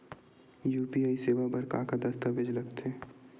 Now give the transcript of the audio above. UPI सेवा बर का का दस्तावेज लगथे?